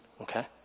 okay